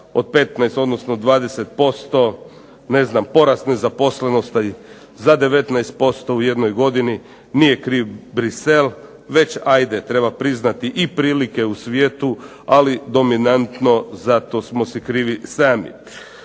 od 15% odnosno 20%, porast nezaposlenosti od 19% u jednoj godini, nije kriv Bruxelles, već ajde treba priznati i prilike u svijetu, ali dominantno za to smo si krivi sami.